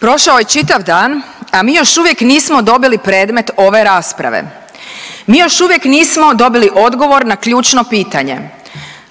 Prošao je čitav dan, a mi još uvijek nismo dobili predmet ove rasprave. Mi još uvijek nismo dobili odgovor na ključno pitanje.